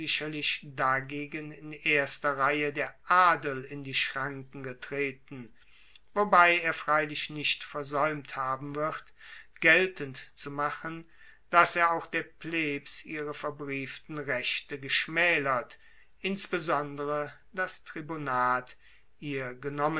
dagegen in erster reihe der adel in die schranken getreten wobei er freilich nicht versaeumt haben wird geltend zu machen dass ja auch der plebs ihre verbrieften rechte geschmaelert insbesondere das tribunat ihr